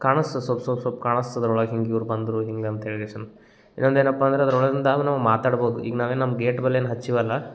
ಕಾಣಸ್ತದ ಸೊಲ್ಪ ಸೊಲ್ಪ ಸೊಲ್ಪ ಕಾಣಸ್ತದ ಅದ್ರೊಳಗ ಹಿಂಗ ಇವ್ರ ಬಂದರೂ ಹಿಂಗಂತ ರೇಡಿಯೇಷನು ಇನ್ನೊಂದು ಏನಪ್ಪ ಅಂದ್ರ ಅದರೊಳಗಿಂದಾಗುನು ಮಾತಾಡ್ಬೋದು ಈಗ ನಾವೇನು ನಮ್ಮ ಗೇಟ್ ಬಲ್ ಏನು ಹಚ್ಚಿವಲ್ಲ